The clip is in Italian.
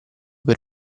per